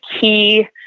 key